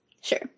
Sure